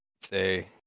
say